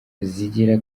zigira